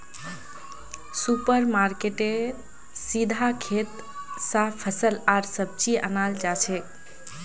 super मार्केटेत सीधा खेत स फल आर सब्जी अनाल जाछेक